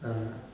ah